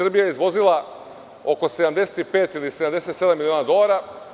Srbija je izvozila oko 75 ili 77 miliona dolara.